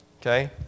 Okay